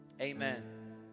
Amen